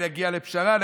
נגיע לפשרה.